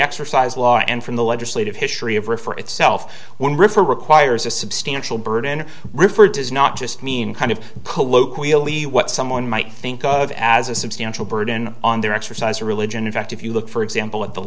exercise law and from the legislative history of or for itself when river requires a substantial burden referred to as not just mean kind of polo queally what someone might think of as a substantial burden on their exercise or religion in fact if you look for example